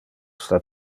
sta